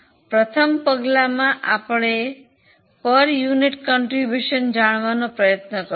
પ્રથમ પગલામાં આપણે એકમ દીઠ ફાળો જાણવાનો પ્રયત્ન કરીશું